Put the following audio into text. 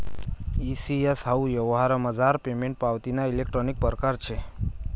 E CS हाऊ यवहारमझार payment पावतीना इलेक्ट्रानिक परकार शे